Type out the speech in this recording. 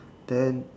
then